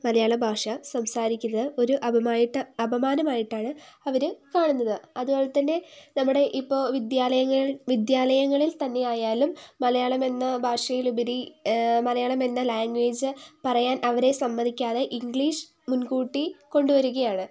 മലയാള ഭാഷ സംസാരിക്കുന്ന ഒരു അപമാനമായിട്ടാണ് അവർ കാണുന്നത് അതുപോലെതന്നെ നമ്മുടെ ഇപ്പോൾ വിദ്യാലയങ്ങളിൽ തന്നെ ആയാലും മലയാളം എന്ന ഭാഷായിലുപരി മലയാളം എന്ന ലാംഗ്വേജ് പറയാൻ അവരെ സമ്മതിക്കാതെ ഇംഗ്ലീഷ് മുൻകൂട്ടി കൊണ്ടു വരികയാണ്